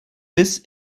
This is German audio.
bis